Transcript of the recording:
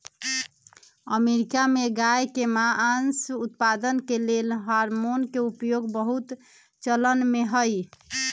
America में गायके मास उत्पादन के लेल हार्मोन के उपयोग बहुत चलनमें हइ